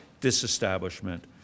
disestablishment